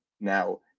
now